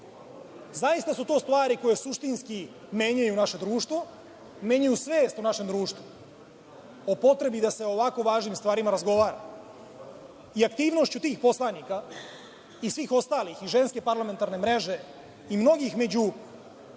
rešimo. Zaista su to stvari koje suštinski menjaju naše društvo, menjaju svest u našem društvu, o potrebi da se o ovako važnim stvarima razgovara i aktivnošću tih poslanika i svih ostalih i Ženske parlamentarne mreže i mnogih među